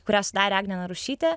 kurią sudarė agnė narušytė